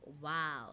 wow